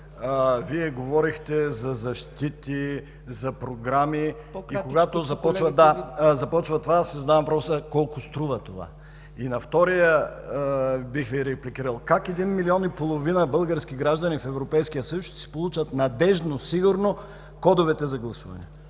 Говорихте за защити, за програми. И когато започне това, аз си задавам въпроса: колко ще струва то? На второ място, бих Ви репликирал: как един милион и половина български граждани в Европейския съюз ще си получат надеждно, сигурно кодовете за гласуване?